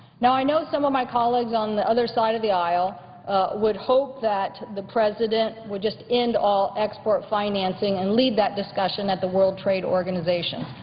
now, i know some of my colleagues on the other side of the aisle would hope that the president would just end all export financing and leave that discussion at the world trade organizations.